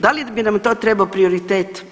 Da li bi nam to trebao prioritet?